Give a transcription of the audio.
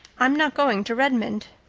i'm not going to redmond.